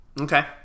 Okay